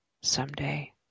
someday